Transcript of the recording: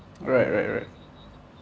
right right right